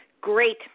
Great